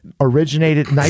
originated